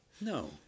No